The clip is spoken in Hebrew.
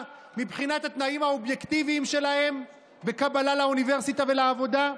מבחינת התנאים האובייקטיביים שלהם בקבלה לאוניברסיטה ולעבודה?